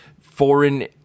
foreign